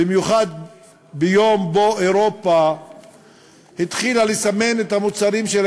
במיוחד ביום שבו אירופה התחילה לסמן את המוצרים של